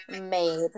made